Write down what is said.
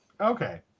Okay